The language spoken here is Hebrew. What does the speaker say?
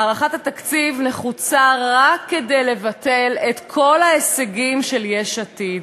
הארכת מועד התקציב נחוצה רק כדי לבטל את כל ההישגים של יש עתיד.